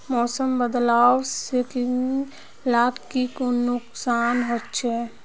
मौसम बदलाव से किसान लाक की नुकसान होचे?